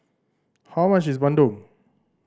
how much is bandung